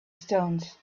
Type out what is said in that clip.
stones